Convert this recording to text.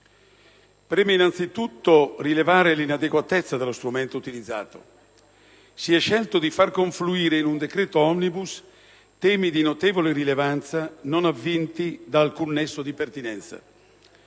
Preme innanzitutto rilevare l'inadeguatezza dello strumento utilizzato. Si è scelto di far confluire in un decreto *omnibus* temi di notevole rilevanza non avvinti da alcun nesso di pertinenza.